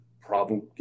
problem